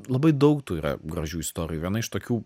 labai daug tų yra gražių istorijų viena iš tokių